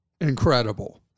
incredible